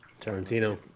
Tarantino